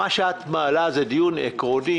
מה שאת מעלה זה דיון עקרוני,